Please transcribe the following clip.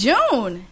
June